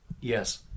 Yes